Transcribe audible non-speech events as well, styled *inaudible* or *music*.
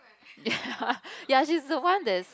ya *laughs* she's the one that